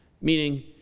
Meaning